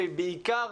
והיא בעיקר